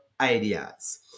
ideas